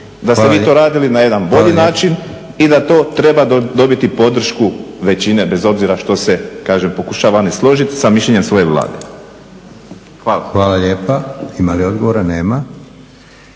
Da ste vi to radili na jedan bolji način i da to treba dobiti podršku većine bez obzira što se kažem pokušava ne složiti sa mišljenjem svoje Vlade. Hvala. **Leko, Josip (SDP)** Hvala lijepa. Ima li odgovora? Nema.